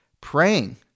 praying